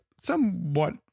somewhat